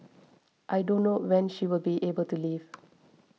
I don't know when she will be able to leave